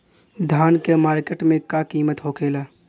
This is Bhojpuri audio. धान क मार्केट में का कीमत होखेला?